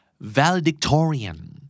Valedictorian